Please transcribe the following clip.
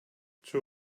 two